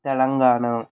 Telangana